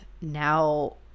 now